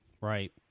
right